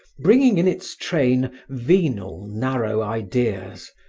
bringing in its train venal narrow ideas,